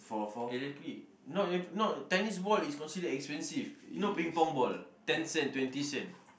exactly not not tennis ball is considered expensive no Ping-Pong ball ten cent twenty cent